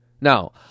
Now